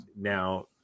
now